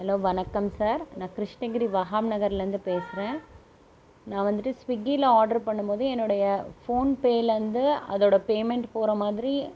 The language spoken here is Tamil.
ஹலோ வணக்கம் சார் நான் கிருஷ்ணகிரி வஹாம் நகர்லேருந்து பேசுகிறேன் நான் வந்துட்டு ஸ்விகில ஆர்ட்ரு பண்ணும்போது என்னுடைய ஃபோன்பேலேருந்து அதோட பேமெண்ட் போகிற மாதிரி